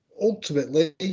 Ultimately